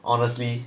honestly